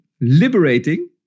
liberating